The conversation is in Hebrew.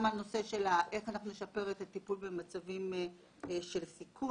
גם הנושא של איך אנחנו נשפר את הטיפול במצבים של סיכון,